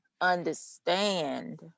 understand